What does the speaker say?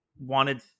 wanted